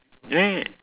really